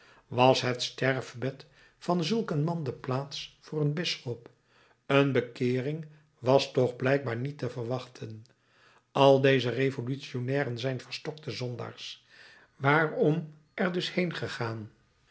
was het sterfbed van zulk een man de plaats voor een bisschop een bekeering was toch blijkbaar niet te verwachten al deze revolutionnairen zijn verstokte zondaars waarom er dus